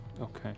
Okay